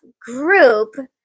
group